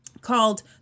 called